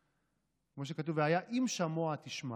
תשמעון", כמו שכתוב "והיה אם שמוע תשמעו",